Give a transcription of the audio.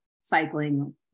cycling